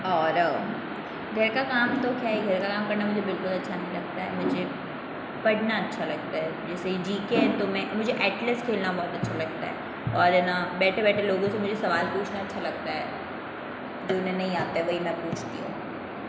और घर का काम तो खैर घर का काम करना मुझे बिल्कुल अच्छा नहीं लगता है मुझे पढ़ना अच्छा लगता है जैसे जी के है तो मैं मुझे एटलस खेलना बहुत अच्छा लगता है और है ना बैठे बैठे लोगों से मुझे सवाल पूछ्ना अच्छा लगता है जो उन्हें नहीं आता है वही में पूछती हूँ